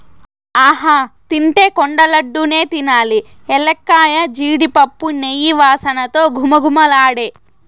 ఆహా తింటే కొండ లడ్డూ నే తినాలి ఎలక్కాయ, జీడిపప్పు, నెయ్యి వాసనతో ఘుమఘుమలాడే